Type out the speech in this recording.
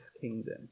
kingdom